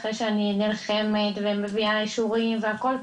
אחרי שהיא נלחמת ומביאה אישורים והכל,